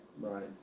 Right